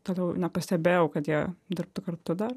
toliau nepastebėjau kad jie dirbtų kartu dar